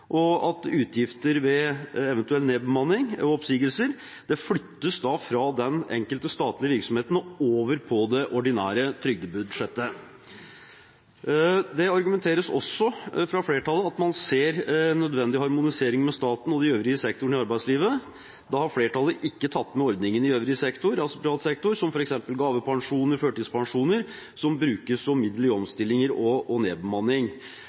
og at utgifter ved eventuell nedbemanning og oppsigelser flyttes fra den enkelte statlige virksomheten og over på det ordinære trygdebudsjettet. Det argumenteres også fra flertallets side med at man ser nødvendigheten av en harmonisering med staten og de øvrige sektorene i arbeidslivet. Da har flertallet ikke tatt med ordningen i øvrig sektor, altså privat sektor, hvor f.eks. gavepensjon og førtidspensjon brukes som middel ved omstilling og nedbemanning.